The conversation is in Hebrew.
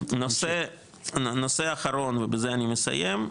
נושא אחרון ובזה אני אסיים,